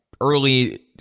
early